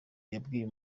yabwiye